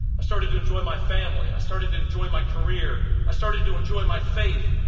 i started to enjoy my family, i started to enjoy my career, i started to enjoy my faith.